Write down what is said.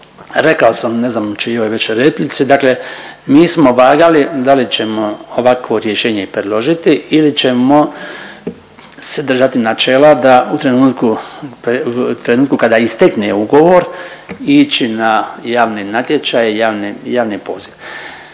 rekao dam u čijoj već replici, dakle mi smo vagali da li ćemo ovako rješenje i predložiti ili ćemo se držati načela da u trenutku, trenutku kada istekne ugovor ići na javni natječaj, javni poziv.